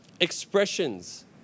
expressions